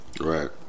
Right